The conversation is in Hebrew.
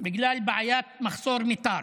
בגלל בעיות מחסום מיתר.